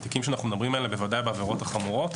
התיקים שאנחנו מדברים עליהם בוודאי בעבירות החמורות,